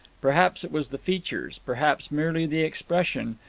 perhaps it was the features, perhaps merely the expression,